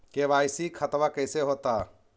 KYC खतबा कैसे होता?